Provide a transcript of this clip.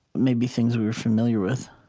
maybe, things we were familiar with